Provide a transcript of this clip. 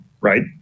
Right